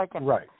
Right